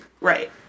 Right